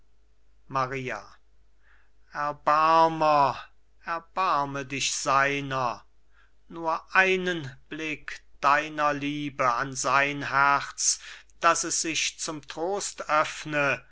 maria erbarmer erbarme dich seiner nur einen blick deiner liebe an sein herz daß es sich zum trost öffne